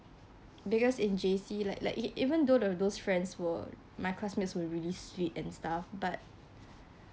because in J_C like like e~ even though there were those friends were my classmates were really sweet and stuff but